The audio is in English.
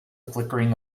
flickering